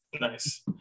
Nice